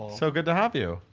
so good to have you.